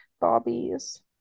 bobbies